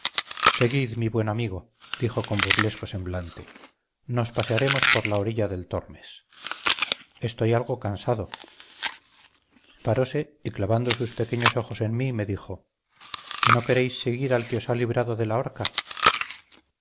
seguid mi buen amigo dijo con burlesco semblante nos pasearemos por la orilla del tormes estoy algo cansado parose y clavando sus pequeños ojos en mí me dijo no queréis seguir al que os ha librado de la